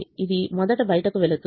ఇది మొదట బయటకు వెళ్తుంది